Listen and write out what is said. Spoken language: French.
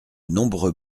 nombreux